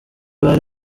bari